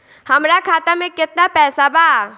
हमरा खाता मे केतना पैसा बा?